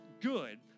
good